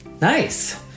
Nice